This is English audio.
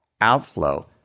outflow